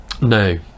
no